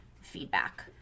feedback